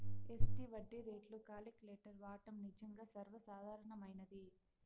SD వడ్డీ రేట్లు calculator వాడడం నిజంగా సర్వసాధారణమైనది